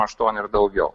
aštuoni ir daugiau